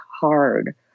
hard